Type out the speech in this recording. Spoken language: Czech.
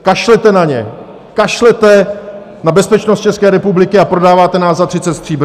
Kašlete na ně, kašlete na bezpečnost České republiky a prodáváte nás za třicet stříbrných.